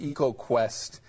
EcoQuest